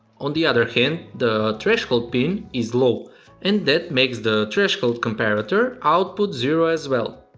on the other hand, the threshold pin is low and that makes the threshold comparator output zero as well.